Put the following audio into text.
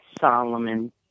Solomon